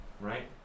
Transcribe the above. right